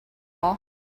all